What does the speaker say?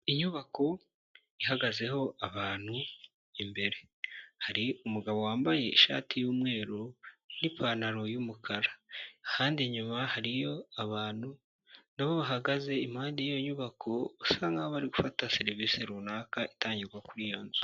Inyubako ihagazeho abantu imbere, hari umugabo wambaye ishati y'umweru n'ipantaro y'umukara, ahandi inyuma hariyo abantu nabo bahagaze impande y'iyo nyubako bisa nk'aho bari gufata serivisi runaka itangirwa kuri iyo nzu.